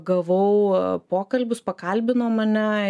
gavau pokalbius pakalbino mane